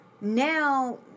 now